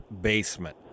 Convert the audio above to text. basement